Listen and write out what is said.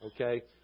okay